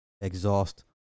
exhaust